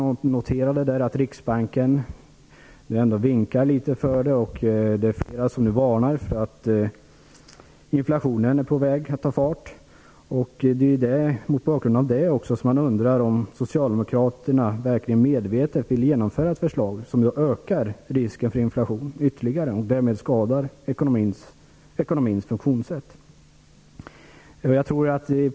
Jag noterade att Riksbanken - låt mig ändå peka på det - liksom flera andra nu varnar för att inflationen är på väg att ta fart. Mot bakgrund av det undrar man om Socialdemokraterna verkligen medvetet vill genomföra ett förslag som ytterligare ökar risken för inflation och därmed skadar ekonomins funktionssätt.